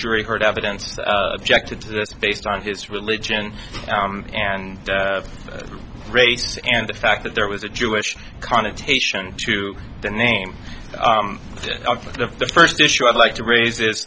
jury heard evidence objected to this based on his religion and race and the fact that there was a jewish connotation to the name of the first issue i'd like to raise